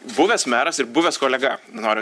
buvęs meras ir buvęs kolega noriu